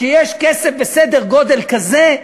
כשיש כסף בסדר גודל כזה,